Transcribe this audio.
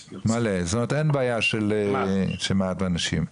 מלא, כלומר אין בעיה של מעט אנשים.